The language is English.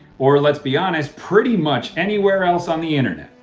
or let's be honest, pretty much anywhere else on the internet.